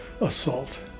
assault